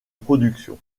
production